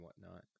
whatnot